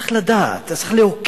צריך לדעת, אתה צריך להוקיר,